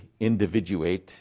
individuate